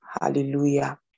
Hallelujah